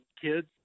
kids